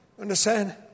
Understand